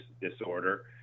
disorder